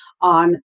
on